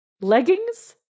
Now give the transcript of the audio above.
leggings